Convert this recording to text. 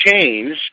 changed